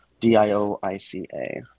d-i-o-i-c-a